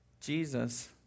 Jesus